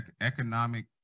economic